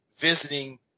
visiting